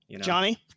Johnny